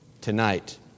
Tonight